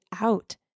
out